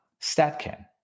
StatCan